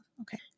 Okay